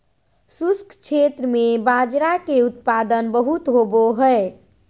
शुष्क क्षेत्र में बाजरा के उत्पादन बहुत होवो हय